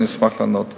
אני אשמח לענות.